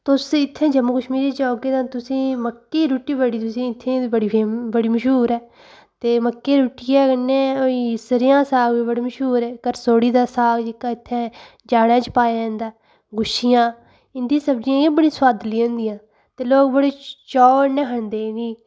तुस इ'त्थें जम्मू कश्मीर च औगे ता तुसें ई मक्कें दी रुट्टी बड़ी तुसें ई इत्थें बी बड़ी फेमस बड़ी मश्हूर ऐ ते मक्कें दी रुट्टियै कन्नै सरेआं दा साग बी बड़ा मश्हूर ऐ करसोड़ी दा साग जेह्का इत्थें जाड़ै च पाया जंदा ऐ गुच्छियां इं'दी सब्जियां इ'यां बड़ी सोआदलियां होंदियां ते लोग बड़े चाऽ कन्नै खंदे इ'नें गी